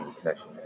connection